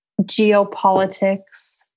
geopolitics